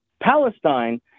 Palestine